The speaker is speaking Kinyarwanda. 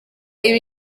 ibi